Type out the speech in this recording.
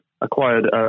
acquired